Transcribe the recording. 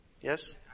Yes